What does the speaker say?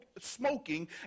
smoking